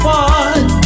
one